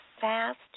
fast